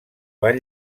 van